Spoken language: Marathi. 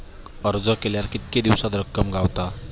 अर्ज केल्यार कीतके दिवसात रक्कम गावता?